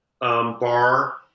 bar